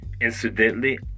incidentally